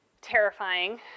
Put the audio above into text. terrifying